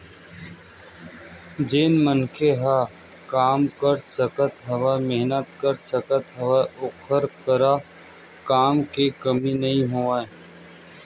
जेन मनखे ह काम कर सकत हवय, मेहनत कर सकत हवय ओखर करा काम के कमी नइ राहय